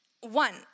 One